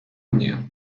mnie